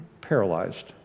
paralyzed